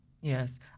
Yes